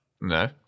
No